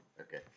Okay